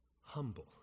Humble